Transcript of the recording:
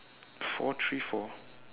four three four